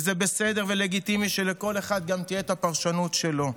וזה בסדר ולגיטימי שלכל אחד גם תהיה הפרשנות שלו.